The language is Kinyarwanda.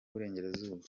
burengerazuba